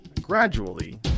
Gradually